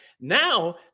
Now